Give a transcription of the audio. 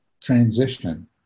transition